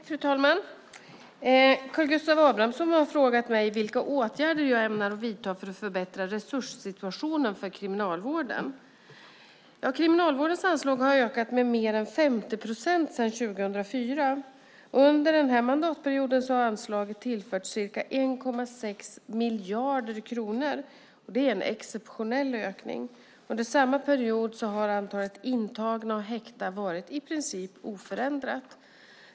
Fru talman! Karl Gustav Abramsson har frågat mig vilka åtgärder jag ämnar vidta för att förbättra resurssituationen för Kriminalvården. Kriminalvårdens anslag har ökat med mer än 50 procent sedan 2004. Under mandatperioden har anslaget tillförts ca 1,6 miljarder kronor. Det är en exceptionell ökning. Under samma period har antalet intagna och häktade i princip varit oförändrat.